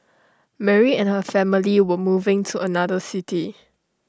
Mary and her family were moving to another city